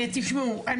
תשמעו,